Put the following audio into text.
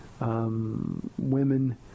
women